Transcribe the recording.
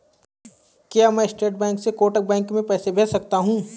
क्या मैं state bank से कोटक बैंक में पैसे भेज सकता हूँ?